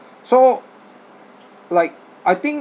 so like I think